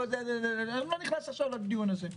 אני לא נכנס עכשיו לדיון הזה.